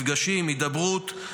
מפגשים והידברות,